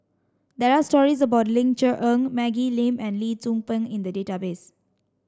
there are stories about Ling Cher Eng Maggie Lim and Lee Tzu Pheng in the database